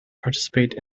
participate